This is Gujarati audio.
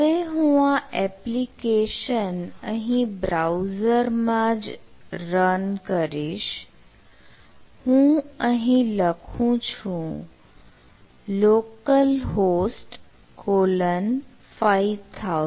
હવે હું આ એપ્લિકેશન અહીં બ્રાઉઝરમાં જ રન કરીશ હું અહીં લખું છું localhost5000